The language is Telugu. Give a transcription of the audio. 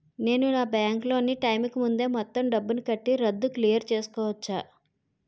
నేను నా బ్యాంక్ లోన్ నీ టైం కీ ముందే మొత్తం డబ్బుని కట్టి రద్దు క్లియర్ చేసుకోవచ్చా?